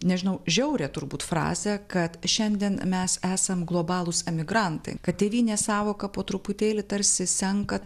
nežinau žiaurią turbūt frazę kad šiandien mes esam globalūs emigrantai kad tėvynės sąvoka po truputėlį tarsi senka